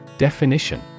Definition